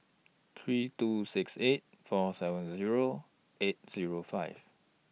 three two six eight four seven Zero eight Zero five